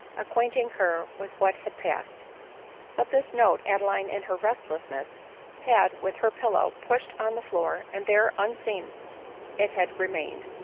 acquainting her with what had passed but this note adeline in her restlessness had, with her pillow, pushed on the floor, and there unseen it had re mained.